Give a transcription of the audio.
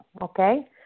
okay